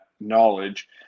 knowledge